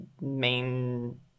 main